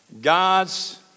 God's